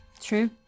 True